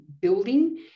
building